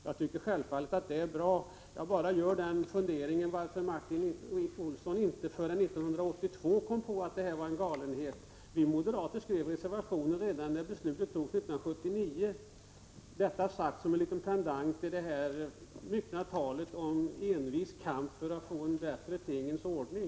Det är självfallet bra, men min fundering är bara varför Martin Olsson inte förrän 1982 kom på att detta var galet. Vi moderater skrev reservationer redan när beslutet fattades 1979. Detta sagt som ett litet komplement till det myckna talet om en envis kamp för att få en bättre tingens ordning.